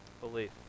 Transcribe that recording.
belief